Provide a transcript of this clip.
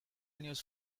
news